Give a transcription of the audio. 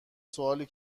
سوالی